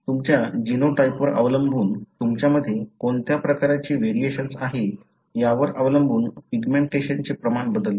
तुमच्या जीनोटाइपवर अवलंबून तुमच्यामध्ये कोणत्या प्रकारची व्हेरिएशन आहे यावर अवलंबून पिग्मेंटेशनचे प्रमाण बदलते